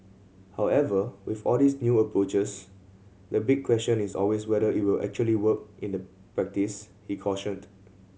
however with all these new approaches the big question is always whether it will actually work in the practice he cautioned